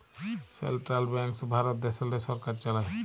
central banks Bharat দ্যাশেল্লে সরকার চালায়